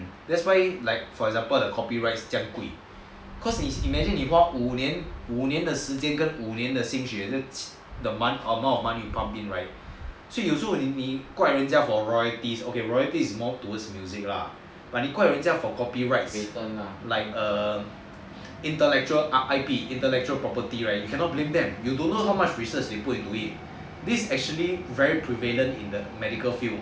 that's why like for example the copyrights 这样贵 cause is imagine 你花五年的时间跟五年的心血 the amount of money to come in right so 有时候 when 你怪人家 for royalties okay but royalties is more towards music lah but if 你怪人家 for copyright like err intellectual property you cannot blame them you don't know how much research they put into it this is actually very prevalent in the medical field